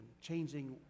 changing